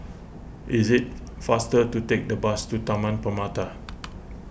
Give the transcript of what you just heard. it is faster to take the bus to Taman Permata